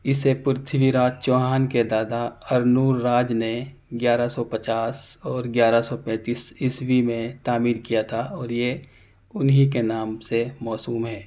اسے پرتھوی راج چوہان کے دادا ارنورراج نے گیارہ سو پچاس اور گیارہ سو پینتس عیسوی میں تعمیر کیا تھا اور یہ انہیں کے نام سے موسوم ہے